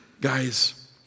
Guys